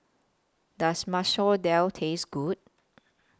Does Masoor Dal Taste Good